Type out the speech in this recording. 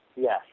yes